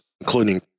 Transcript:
including